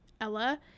ella